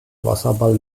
wasserball